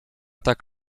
tak